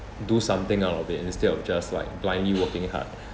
do something out of it instead of just like blindly working hard